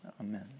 Amen